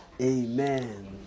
Amen